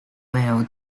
well